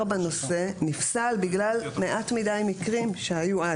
בנושא נפסל בגלל מעט מידי מקרים שהיו אז.